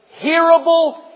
hearable